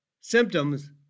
symptoms